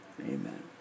Amen